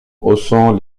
haussant